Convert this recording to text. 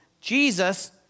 Jesus